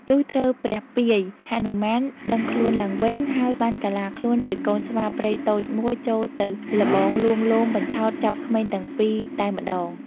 លុះត្រូវព្រះពាយ ហនុមានដឹងខ្លួនឡើងវិញ ហើយបានកាឡាខ្លួនជាកូនស្វាព្រៃតូចមួយចូលទៅល្បងលួងលោមបញ្ឆោតចាប់ក្មេងទាំងពីរតែម្តង។